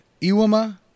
Iwama